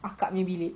akak punya bilik